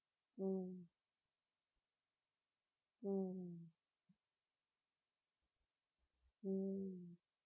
mm mm mm